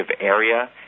area